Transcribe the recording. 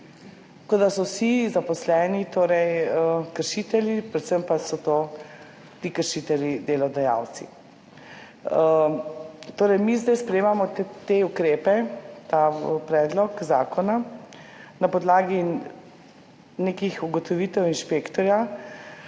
kot da so vsi zaposleni kršitelji, predvsem pa so ti kršitelji delodajalci. Mi zdaj sprejemamo te ukrepe, ta predlog zakona na podlagi nekih ugotovitev inšpektorja